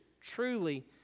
truly